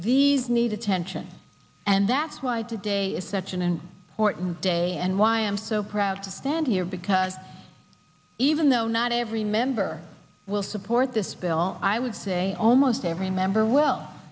these need attention and that's why today is such an and day and why i am so proud to stand here because even though not every member will support this bill i would say almost every member